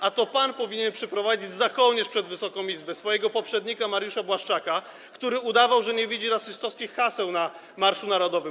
A to pan powinien przyprowadzić za kołnierz przed Wysoką Izbę swojego poprzednika Mariusza Błaszczaka, który udawał, że nie widzi rasistowskich haseł na marszu narodowym.